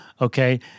Okay